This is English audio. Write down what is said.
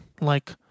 Like-